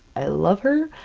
i love her,